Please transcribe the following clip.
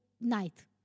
night